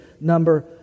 number